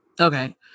Okay